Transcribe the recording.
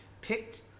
picked